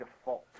default